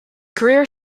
career